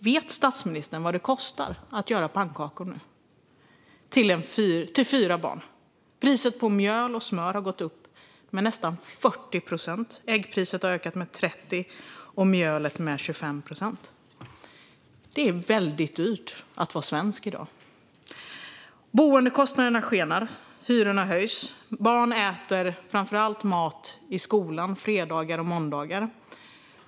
Vet statsministern vad det nu kostar att göra pannkakor till fyra barn? Priset på mjölk och smör har gått upp med nästan 40 procent. Priset på ägg har ökat med 30 procent och priset på mjöl med 25 procent. Det är väldigt dyrt att vara svensk i dag. Boendekostnaderna skenar, och hyrorna höjs. Barn äter framför allt mat i skolan fredagar och måndagar.